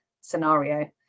scenario